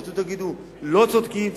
תרצו, תגידו לא צודקים.